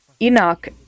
Enoch